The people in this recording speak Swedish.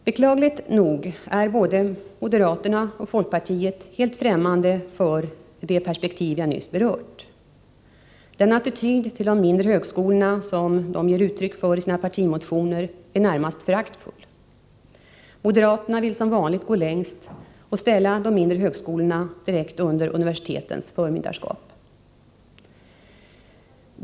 Beklagligt nog är både moderaterna och folkpartiet helt främmande för det perspektiv jag nyss har berört. Den attityd till de mindre högskolorna som de ger uttryck för i sina partimotioner är närmast föraktfull. Moderaterna vill som vanligt gå längst och ställa de mindre högskolorna direkt under universitetens förmynderskap.